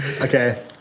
Okay